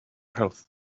health